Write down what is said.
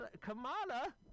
Kamala